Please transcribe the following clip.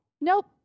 Nope